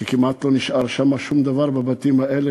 כי כמעט לא נשאר שם שום דבר בבתים האלה,